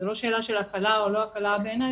זה לא שאלה של הקלה או לא הקלה בעיניי,